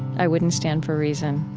i wouldn't stand for reason,